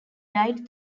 died